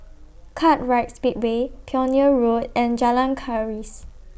Kartright Speedway Pioneer Road and Jalan Keris